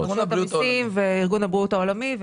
רשויות המסים וארגון הבריאות העולמי.